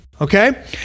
okay